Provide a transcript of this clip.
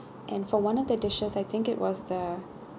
and for one of the dishes I think it was the